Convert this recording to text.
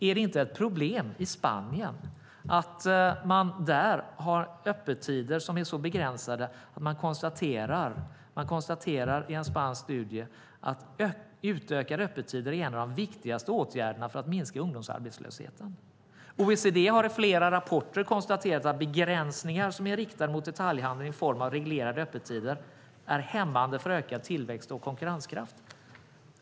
Är det inte ett problem att man i Spanien har öppettider som är så begränsade att det konstateras i en spansk studie att utökade öppettider är en av de viktigaste åtgärderna för att minska ungdomsarbetslösheten? OECD har i flera rapporter konstaterat att begränsningar som är riktade mot detaljhandeln i form av reglerade öppettider är hämmande för ökad tillväxt och konkurrenskraft.